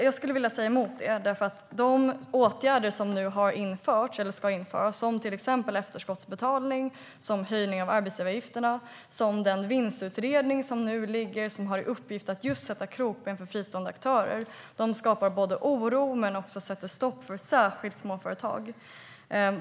Jag vill säga emot det, för de åtgärder som ska införas - till exempel efterskottsbetalningen, höjningen av arbetsgivaravgifter och vinstutredningen, som har till uppgift att just sätta krokben för fristående aktörer - skapar både oro och sätter stopp för småföretag.